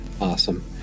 Awesome